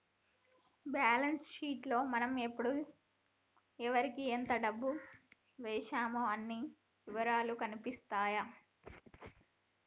balance sheet లో మనం ఎప్పుడు ఎవరికీ ఎంత డబ్బు వేశామో అన్ని ఇవరాలూ కనిపిత్తాయి